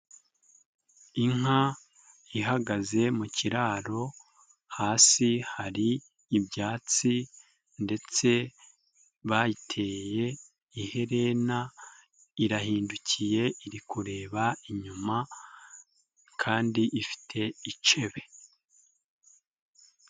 Inka ihagaze mu kiraro hasi hari ibyatsi ndetse bayiteye iherena, irahindukiye iri kureba inyuma kandi ifite icebe.